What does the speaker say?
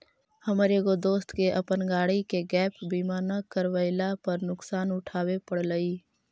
हमर एगो दोस्त के अपन गाड़ी के गैप बीमा न करवयला पर नुकसान उठाबे पड़लई